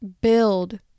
build